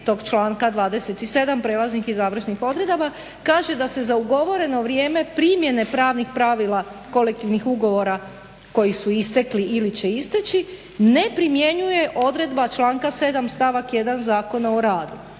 tog članka 27. prelaznih i završnih odredaba kaže da se za ugovoreno vrijeme primjene pravnih pravila kolektivnih ugovora koji su istekli ili će isteći ne primjenjuje odredba članka 7. stavak 1. Zakona o radu.